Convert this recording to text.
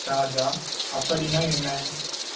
ராஜா அப்படின்னால் என்ன